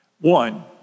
One